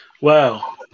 Wow